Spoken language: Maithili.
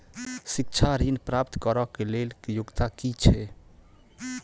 शिक्षा ऋण प्राप्त करऽ कऽ लेल योग्यता की छई?